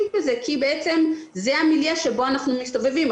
בזה כי בעצם זה המילייה שבו אנחנו מסתובבים,